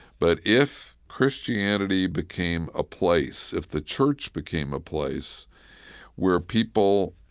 but if christianity became a place, if the church became a place where people,